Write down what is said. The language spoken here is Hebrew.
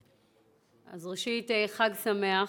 ראשית, חג שמח.